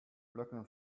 looking